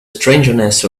strangeness